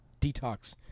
detox